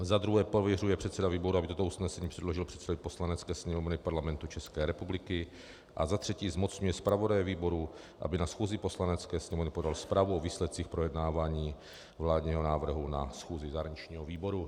Za druhé, pověřuje předsedu výboru, aby toto usnesení předložil předsedovi Poslanecké sněmovny Parlamentu České republiky, a za třetí, zmocňuje zpravodaje výboru, aby na schůzi Poslanecké sněmovny podal zprávu o výsledcích projednávání vládního návrhu na schůzi zahraničního výboru.